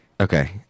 Okay